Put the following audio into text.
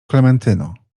klementyno